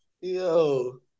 Yo